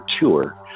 tour